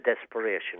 desperation